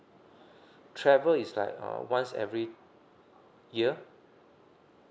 travel is like uh once every year